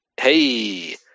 hey